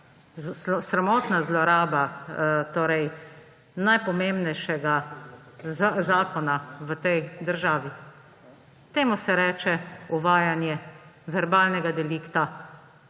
sramotna zloraba najpomembnejšega zakona v tej državi. Temu se reče uvajanje verbalnega delikta